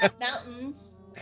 Mountains